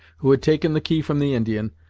who had taken the key from the indian,